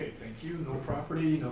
thank you no property,